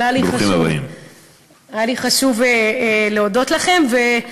אבל היה לי חשוב להודות לכם.